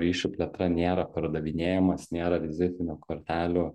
ryšių plėtra nėra pardavinėjimas nėra vizitinių kortelių